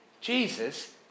Jesus